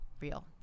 real